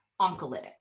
oncolytic